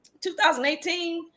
2018